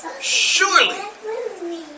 Surely